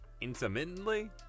intermittently